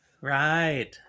Right